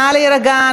נא להירגע,